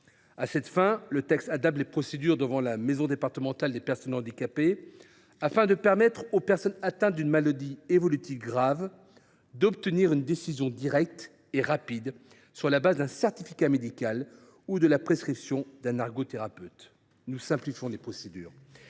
À cette fin, le texte adapte les procédures devant la maison départementale des personnes handicapées (MDPH) afin de permettre aux personnes atteintes d’une maladie évolutive grave d’obtenir une décision directe et rapide sur la base d’un certificat médical ou de la prescription d’un ergothérapeute. Nous simplifions les procédures.